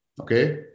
okay